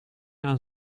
aan